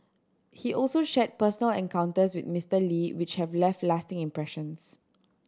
he also shared personal encounters with Mister Lee which have left lasting impressions